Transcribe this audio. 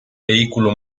vehículo